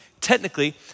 technically